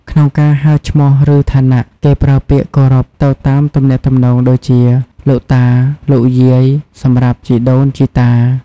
ក្នុងការហៅឈ្មោះឬឋានៈ គេប្រើពាក្យគោរពទៅតាមទំនាក់ទំនងដូចជា លោកតា លោកយាយសម្រាប់ជីដូនជីតា។